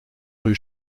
rue